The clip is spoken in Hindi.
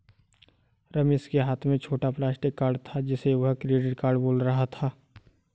रमेश के हाथ में छोटा प्लास्टिक कार्ड था जिसे वह क्रेडिट कार्ड बोल रहा था